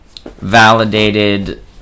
validated